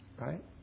right